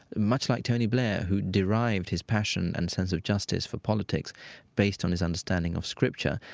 much like tony blair who derived his passion and sense of justice for politics based on his understanding of scripture,